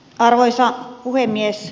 arvoisa puhemies